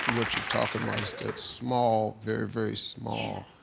talking about. it's that small, very, very small,